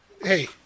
Hey